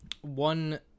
one